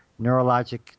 neurologic